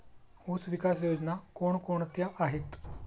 ऊसविकास योजना कोण कोणत्या आहेत?